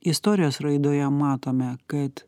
istorijos raidoje matome kad